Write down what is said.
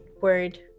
word